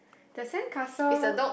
the sandcastle